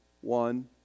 one